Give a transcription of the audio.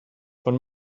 von